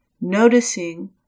noticing